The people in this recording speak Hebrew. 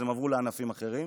אז הן עברו לענפים אחרים.